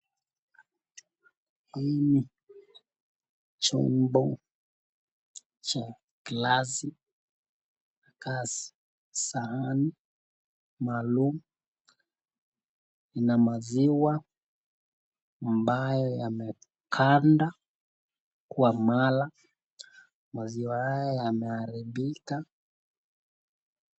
Hii ni chombo cha glasi kaa sahani cha glasi hasa maluum, ina maziwa ambaye yamekanda kwa mala. Maziwa haya yameharibika.